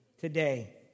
today